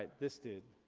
ah this dude.